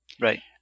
Right